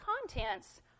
contents